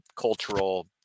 cultural